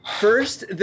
First